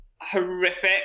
horrific